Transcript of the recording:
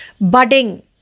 budding